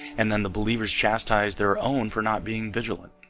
and then the believers chastised their own for not being vigilant